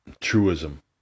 truism